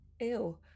Ew